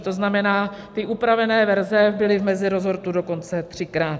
To znamená, ty upravené verze byly v meziresortu dokonce třikrát.